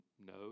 No